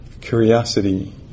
curiosity